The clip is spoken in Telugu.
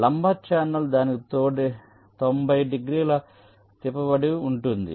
లంబ ఛానల్ దానికి తొంభై డిగ్రీల తిప్పబడిన ఉంటుంది